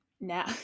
now